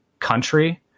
country